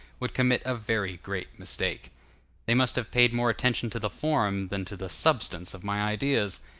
would commit a very great mistake they must have paid more attention to the form than to the substance of my ideas.